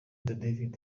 david